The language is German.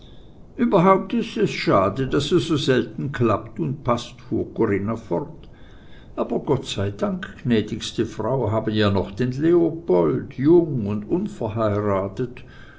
überhaupt ist es schade daß es so selten klappt und paßt fuhr corinna fort aber gott sei dank gnädigste frau haben ja noch den leopold jung und unverheiratet